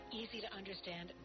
easy-to-understand